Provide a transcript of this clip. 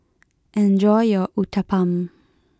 enjoy your Uthapam